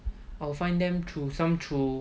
or find them through some through